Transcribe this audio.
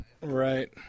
Right